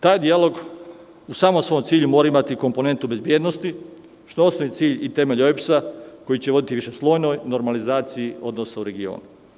Taj dijalog u samom svom cilju mora imati komponentu bezbednosti, što je osnovni cilj i temelj OEBS koji će voditi višeslojnoj normalizaciji odnosa u regionu.